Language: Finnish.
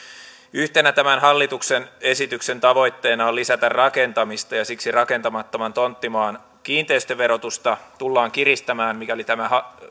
yhtenä tämän hallituksen esityksen tavoitteena on lisätä rakentamista ja siksi rakentamattoman tonttimaan kiinteistöverotusta tullaan kiristämään mikäli tämä